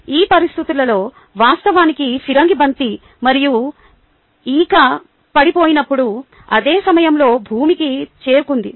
ఆ పరిస్థితులలో వాస్తవానికి ఫిరంగి బంతి మరియు ఈక పడిపోయినప్పుడు అదే సమయంలో భూమికి చేరుకుంది